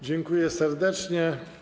Dziękuję serdecznie.